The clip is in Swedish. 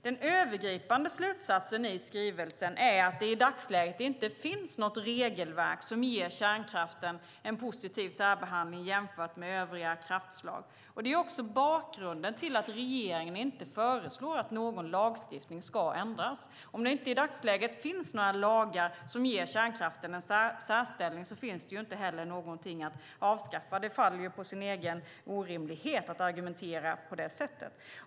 Den övergripande slutsatsen i skrivelsen är att det i dagsläget inte finns något regelverk som ger kärnkraften en positiv särbehandling jämfört med övriga kraftslag. Det är bakgrunden till att regeringen inte föreslår att någon lagstiftning ska ändras. Om det i dagsläget inte finns några lagar som ger kärnkraften en särställning finns det ju inte heller något att avskaffa - det faller på sin egen orimlighet att argumentera på det sättet.